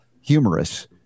humorous